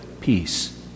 peace